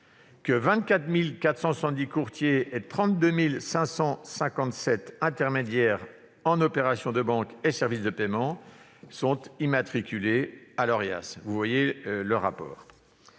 que 24 470 courtiers et 32 557 intermédiaires en opérations de banque et services de paiement sont immatriculés à l'Orias. Vous voyez le ...